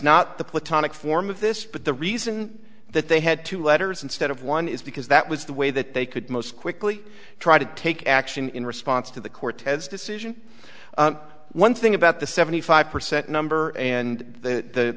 platonic form of this but the reason that they had two letters instead of one is because that was the way that they could most quickly try to take action in response to the cortez decision one thing about the seventy five percent number and the